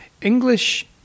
English